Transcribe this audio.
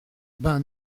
ben